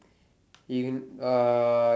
in uh